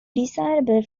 desirable